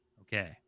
Okay